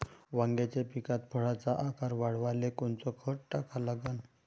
वांग्याच्या पिकात फळाचा आकार वाढवाले कोनचं खत टाका लागन?